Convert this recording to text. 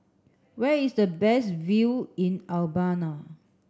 where is the best view in Albania